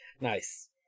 Nice